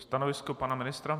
Stanovisko pana ministra?